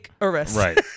right